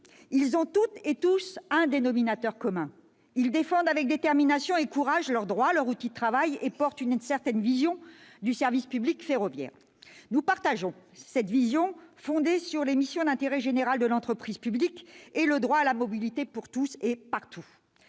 les cheminots ont tous un dénominateur commun : ils défendent avec détermination et courage leurs droits, leur outil de travail, et ils portent une certaine vision du service public ferroviaire. Nous partageons cette vision fondée sur les missions d'intérêt général de l'entreprise publique et le droit à la mobilité pour tous et partout.